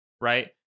right